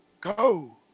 Go